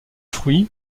fruit